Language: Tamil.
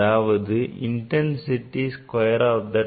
அதாவது intensity square of that amplitude